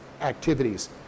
activities